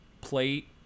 plate